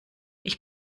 ich